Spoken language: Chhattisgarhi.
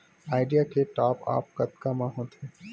आईडिया के टॉप आप कतका म होथे?